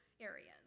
areas